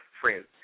friends